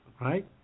right